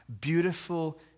beautiful